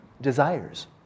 desires